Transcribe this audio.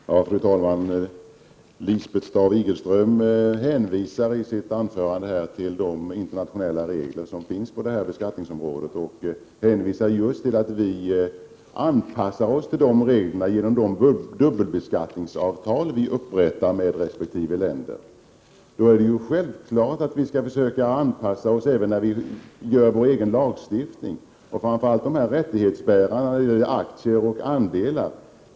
Prot. 1988/89:46 Fru talman! I sitt anförande hänvisar Lisbeth Staaf-Igelström till de 15 december 1988 internationella regler som finns på detta beskattningsområde. Hon menade Å ö ä ä Arvsoch katteatt vi anpassar oss till de internationella reglerna genom de dubbelbeskatt TYS: CM ERT OSTArA ningsavtal som vi upprättar med resp. länder. Självfallet skall vi då försöka lasstytningens EN - SRA = Är - toriella omfattning, anpassa oss även när vi stiftar våra lagar, framför allt när det gäller mi rättighetsbärande värdepapper såsom aktier och andelar.